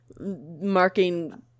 marking